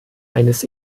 eines